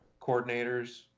coordinators